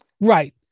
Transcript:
Right